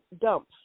dump